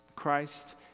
Christ